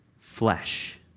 flesh